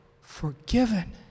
forgiven